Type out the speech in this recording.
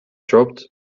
dropped